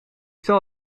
zal